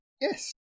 Yes